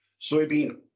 Soybean